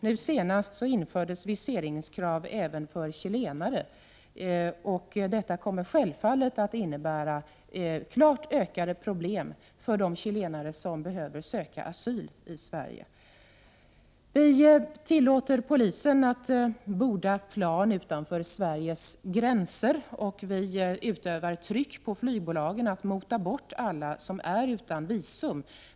Nu senast har krav på visering införts även för chilenare, och detta kommer självfallet att innebära klart ökade problem för de chilenare som behöver söka asyl i Sverige. Vi i Sverige tillåter polisen att borda plan utanför Sveriges gränser, och vi utövar tryck på flygbolagen att mota bort alla som inte har visum.